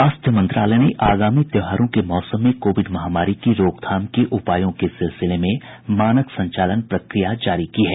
स्वास्थ्य मंत्रालय ने आगामी त्योहारों के मौसम में कोविड महामारी की रोकथाम के उपायों के सिलसिले में मानक संचालन प्रक्रिया जारी कर दी है